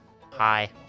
Hi